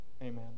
Amen